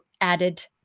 added